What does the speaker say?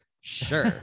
Sure